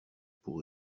pour